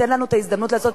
תן לנו ההזדמנות הזאת.